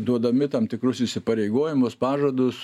duodami tam tikrus įsipareigojimus pažadus